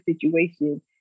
situation